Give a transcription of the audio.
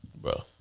bro